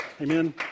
Amen